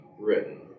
written